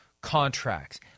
contracts